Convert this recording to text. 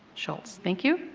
schultz. thank you.